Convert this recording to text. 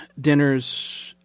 dinners